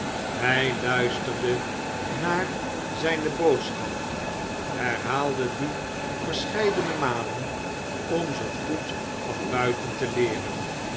hij luisterde naar zijne boodschap herhaalde die verscheidene malen om ze goed van buiten le leeren